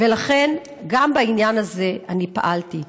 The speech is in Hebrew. ולכן גם בעניין הזה אני פעלתי.